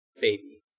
baby